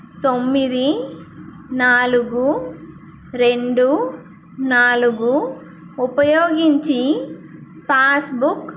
తొమ్మిది నాలుగు రెండు నాలుగు ఉపయోగించి పాస్బుక్